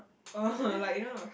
(uh huh) like you know